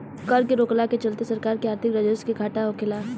कर के रोकला के चलते सरकार के आर्थिक राजस्व के घाटा होखेला